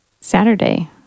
Saturday